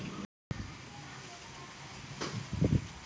खजूराचें झाड खूप उंच आसता ते पांच वर्षात फळां देतत